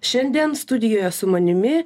šiandien studijoje su manimi